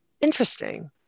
interesting